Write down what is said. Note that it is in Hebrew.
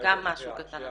גם משהו קטן.